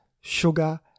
sugar